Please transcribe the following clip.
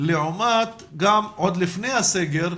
לעומת גם עוד לפני הסגר,